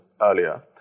Earlier